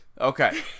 okay